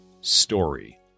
story